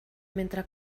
mentre